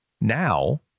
Now